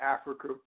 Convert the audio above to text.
Africa